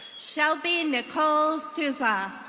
shelby nicole sousa.